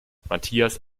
matthias